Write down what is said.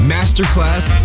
Masterclass